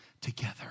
together